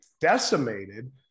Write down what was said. decimated